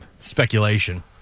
Speculation